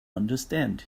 understand